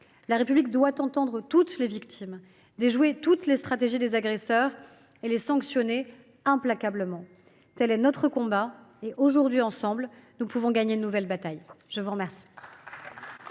La République doit entendre toutes les victimes, déjouer toutes les stratégies des agresseurs et les sanctionner implacablement. Tel est notre combat, et aujourd’hui, ensemble, nous pouvons gagner une nouvelle bataille. La parole